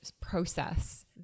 process